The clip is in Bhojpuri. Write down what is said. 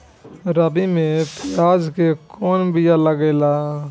रबी में प्याज के कौन बीया लागेला?